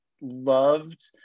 loved